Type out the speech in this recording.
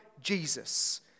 Jesus